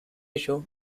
ello